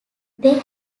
they